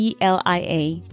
ELIA